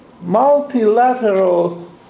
multilateral